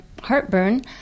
heartburn